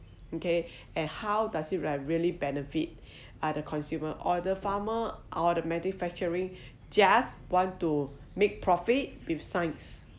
okay and how does it like really benefit uh the consumer or the farmer or the manufacturing just want to make profit with science